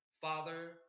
father